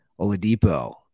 Oladipo